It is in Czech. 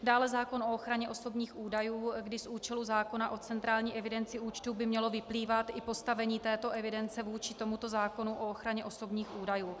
Dále zákon o ochraně osobních údajů, kdy z účelu zákona o centrální evidenci účtů by mělo vyplývat i postavení této evidence vůči tomuto zákonu o ochraně osobních údajů.